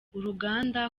uruganda